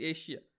Asia